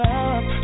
up